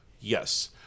Yes